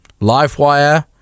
Livewire